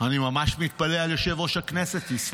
אני ממש מתפלא על יושב-ראש הכנסת, תסלח לי.